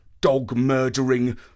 dog-murdering